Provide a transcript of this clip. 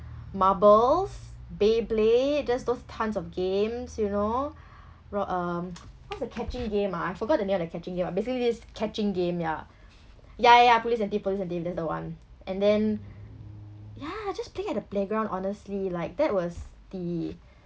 marbles beyblade just those tons of games you know ro~ um what's the catching game uh I forgot the name of the catching game ah basically this catching game ya ya ya police and thief police and thief that's the one and then ya just playing at the playground honestly like that was the